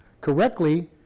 correctly